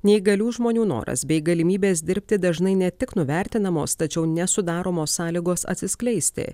neįgalių žmonių noras bei galimybės dirbti dažnai ne tik nuvertinamos tačiau nesudaromos sąlygos atsiskleisti